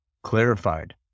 clarified